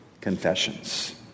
confessions